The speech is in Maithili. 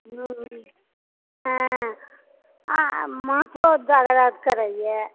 हूँ हे आ माथो दर्द करैए